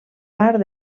part